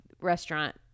restaurant